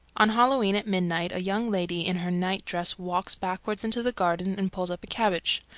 on halloween at midnight a young lady in her night-dress walks backward into the garden and pulls up a cabbage.